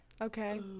okay